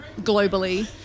globally